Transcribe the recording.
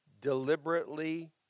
deliberately